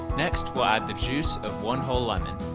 next, we'll add the juice of one whole lemon.